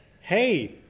Hey